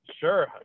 Sure